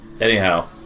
Anyhow